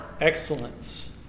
excellence